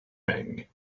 thing